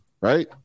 right